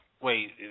Wait